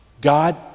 God